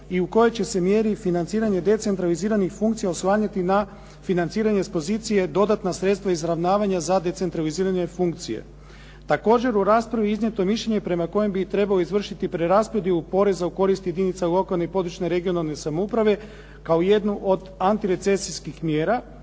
i u kojoj će se mjeri financiranje decentraliziranih funkcija … /Govornik se ne razumije./… financiranje s pozicije dodatna sredstva izravnavanja za decentraliziranje funkcije. Također, u raspravi je iznijeto mišljenje prema kojem bi trebalo izvršiti preraspodjelu poreza u korist jedinica lokalne i područne (regionalne) samouprave, kao jednu od antirecesijskih mjera,